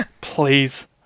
Please